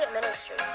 ministry